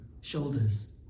shoulders